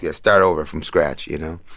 yeah start over from scratch, you know.